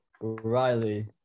Riley